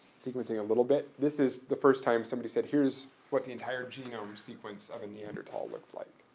sequencing a little bit. this is the first time somebody said, here's what the entire genome sequence of a neanderthal looked like.